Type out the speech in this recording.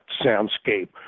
soundscape